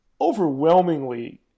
overwhelmingly